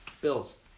Bills